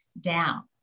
down